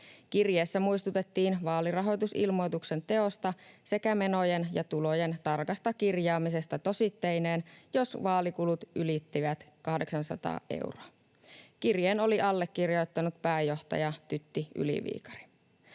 Kirjeessä muistutettiin vaalirahoitusilmoituksen teosta sekä menojen ja tulojen tarkasta kirjaamisesta tositteineen, jos vaalikulut ylittivät 800 euroa. Kirjeen oli allekirjoittanut pääjohtaja Tytti Yli-Viikari.